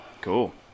Cool